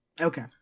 Okay